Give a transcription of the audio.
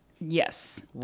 Yes